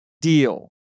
deal